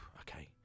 okay